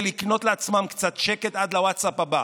לקנות לעצמם קצת שקט עד לווטסאפ הבא.